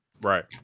Right